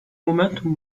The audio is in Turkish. momentum